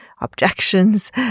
objections